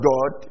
God